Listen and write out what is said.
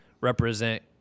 represent